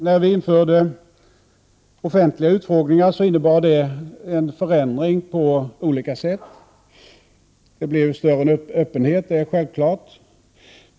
När de offentliga utfrågningarna infördes innebar det en förändring på olika sätt. Självfallet blev det en större öppenhet.